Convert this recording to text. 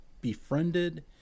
befriended